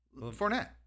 Fournette